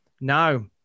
no